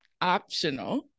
optional